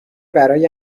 برای